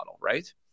right